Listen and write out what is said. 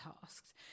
tasks